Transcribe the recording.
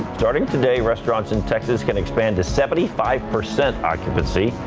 starting today restaurants and texas can expand to seventy five percent occupancy,